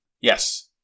Yes